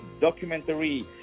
documentary